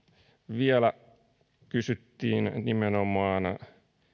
vielä kysyttiin nimenomaan